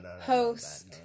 host